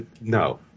No